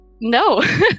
no